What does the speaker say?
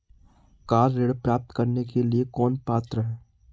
Car ऋण प्राप्त करने के लिए कौन पात्र है?